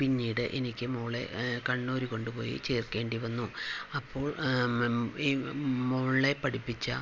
പിന്നീട് എനിക്ക് മകളെ കണ്ണൂർ കൊണ്ടുപോയി ചേർക്കേണ്ടി വന്നു അപ്പോൾ മകളെ പഠിപ്പിച്ച